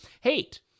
hate